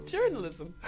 Journalism